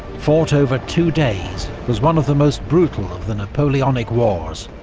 fought over two days, was one of the most brutal of the napoleonic wars,